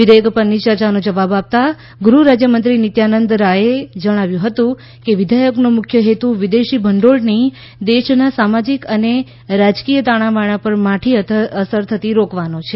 વિધેયક પરની ચર્ચાનો જવાબ આપતાં ગૃહરાજ્યમંત્રી નિત્યાનંદ રાથે જણાવ્યું હતું કે વિધેયકનો મુખ્ય હેતુ વિદેશી ભંડોળની દેશના સામાજિક અને રાજકીય તાણાંવાણા પર માઠી અસર થતી રોકવાનો છે